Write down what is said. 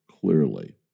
clearly